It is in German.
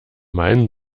main